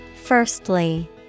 firstly